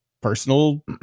personal